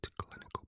clinical